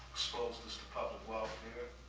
exposed us to public welfare,